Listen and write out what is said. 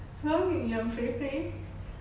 so need 养肥肥